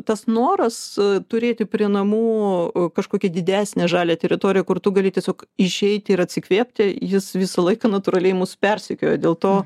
tas noras turėti prie namų kažkokį didesnę žalią teritoriją kur tu gali tiesiog išeiti ir atsikvėpti jis visą laiką natūraliai mus persekioja dėl to